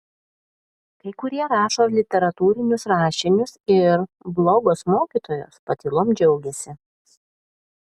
kai kurie rašo literatūrinius rašinius ir blogos mokytojos patylom džiaugiasi